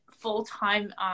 full-time